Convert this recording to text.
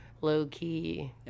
low-key